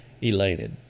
elated